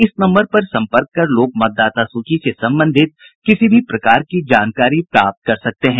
इस नम्बर पर संपर्क कर लोग मतदाता सूची से संबंधित किसी भी प्रकार की जानकारी प्राप्त कर सकते हैं